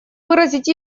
выразить